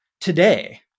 today